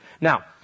Now